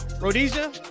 Rhodesia